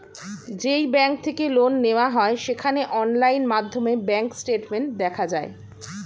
যেই ব্যাঙ্ক থেকে লোন নেওয়া হয় সেখানে অনলাইন মাধ্যমে ব্যাঙ্ক স্টেটমেন্ট দেখা যায়